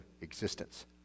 existence